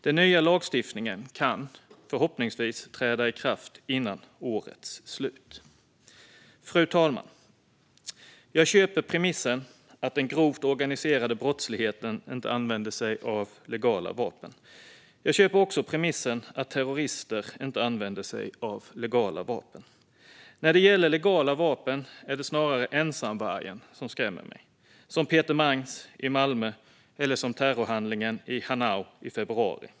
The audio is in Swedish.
Den nya lagstiftningen kan förhoppningsvis träda i kraft före årets slut. Fru talman! Jag köper premissen att den grova organiserade brottsligheten inte använder sig av legala vapen. Jag köper också premissen att terrorister inte använder sig av legala vapen. När det gäller legala vapen är det snarare ensamvargen som skrämmer mig, som Peter Mangs i Malmö eller som vid terrorhandlingen i Hanau i februari.